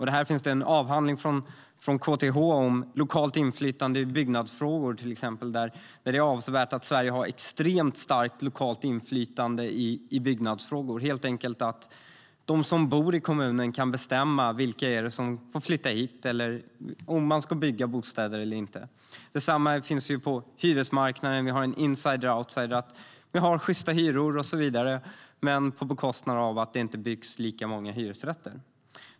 Det finns en avhandling från KTH om det här, där det bland annat framgår att vi i Sverige har extremt starkt lokalt inflytande i byggnadsfrågor. De som bor i en kommun kan helt enkelt bestämma vilka som får flytta dit och om man ska bygga bostäder eller inte. Detsamma gäller på hyresmarknaden - vi har en insider-outsider-situation även där. Vi har sjysta hyror och så vidare, men på bekostnad av att det inte byggs lika många hyresrätter.